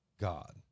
God